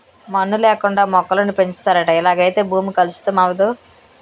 మన్ను లేకుండా మొక్కలను పెంచుతారట ఇలాగైతే భూమి కలుషితం అవదు